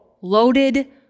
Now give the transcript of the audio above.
loaded